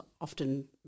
often